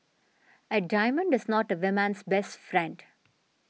a diamond is not a woman's best friend